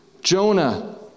Jonah